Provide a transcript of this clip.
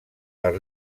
per